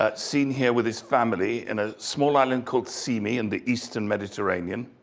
ah seen here with his family in a small island called symi in the eastern mediterranean.